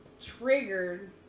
triggered